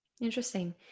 Interesting